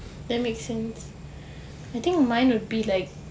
that makes sense I think mine would be like